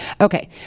Okay